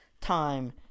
time